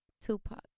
Tupac